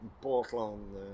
Portland